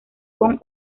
con